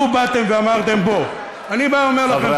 לו באתם ואמרתם: בוא --- חברי הכנסת --- אני בא ואומר לכם,